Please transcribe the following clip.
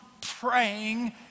praying